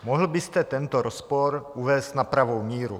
Mohl byste tento rozpor uvést na pravou míru?